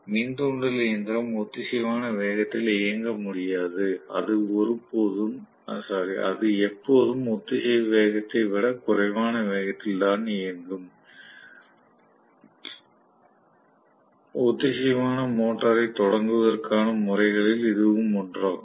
மின் தூண்டல் இயந்திரம் ஒத்திசைவான வேகத்தில் இயங்க முடியாது அது எப்போதும் ஒத்திசைவு வேகத்தை விட குறைவான வேகத்தில் தான் இயங்கும் ஒத்திசைவான மோட்டாரைத் தொடங்குவதற்கான முறைகளில் இதுவும் ஒன்றாகும்